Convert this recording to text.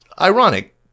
ironic